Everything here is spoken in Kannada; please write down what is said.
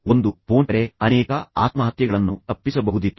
ಒಂದು ಫೋನ್ ಕರೆ ಅನೇಕ ಆತ್ಮಹತ್ಯೆಗಳನ್ನು ತಪ್ಪಿಸಬಹುದಿತ್ತು